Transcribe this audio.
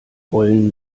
wollen